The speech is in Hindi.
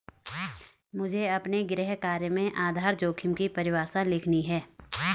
मुझे अपने गृह कार्य में आधार जोखिम की परिभाषा लिखनी है